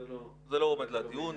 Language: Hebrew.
זה לא --- זה לא עומד לדיון,